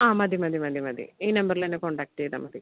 ആ മതി മതി മതി മതി ഈ നമ്പറിൽ തന്നെ കോൺടാക്ട് ചെയ്താൽ മതി